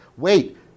wait